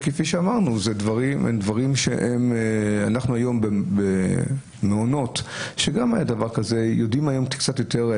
אנחנו היום במעונות יודעים קצת יותר.